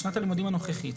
בשנת הלימודים הנוכחית,